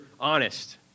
honest